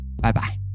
Bye-bye